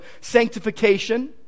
sanctification